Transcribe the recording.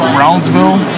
Brownsville